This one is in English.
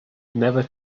never